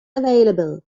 available